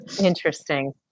Interesting